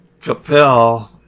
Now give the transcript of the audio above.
Capel